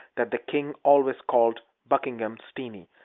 that the king always called buckingham steeny,